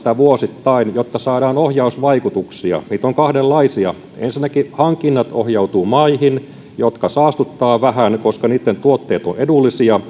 vuosittain jotta saadaan ohjausvaikutuksia niitä on kahdenlaisia ensinnäkin hankinnat ohjautuvat maihin jotka saastuttavat vähän koska niitten tuotteet ovat edullisia